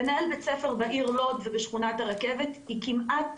לנהל בית ספר בעיר לוד ובשכונת הרכבת, היא כמעט